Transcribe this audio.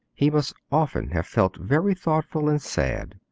he must often have felt very thoughtful and sad.